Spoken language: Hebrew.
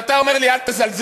ואתה אומר לי "אל תזלזל"?